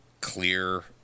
clear